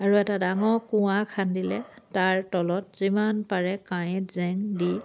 আৰু এটা ডাঙৰ কুঁৱা খান্দিলে তাৰ তলত যিমান পাৰে কাঁইট জেং দি